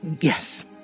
yes